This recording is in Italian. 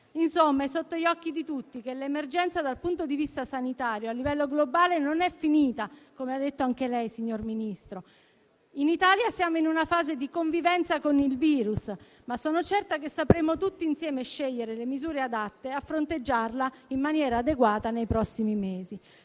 Insomma, è sotto gli occhi di tutti che l'emergenza dal punto di vista sanitario a livello globale non è finita, come ha detto anche lei, signor Ministro. In Italia siamo in una fase di convivenza con il virus ma sono certa che sapremo tutti insieme scegliere le misure adatte a fronteggiarlo in maniera adeguata nei prossimi mesi.